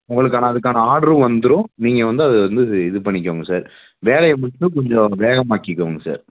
உங்களுக்கான அதுக்கான ஆர்டரும் வந்துடும் நீங்கள் வந்து அதை வந்து இது இது பண்ணிக்கோங்க சார் வேலையை மட்டும் கொஞ்சம் வேகமாக்கிக்கோங்க சார்